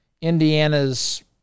Indiana's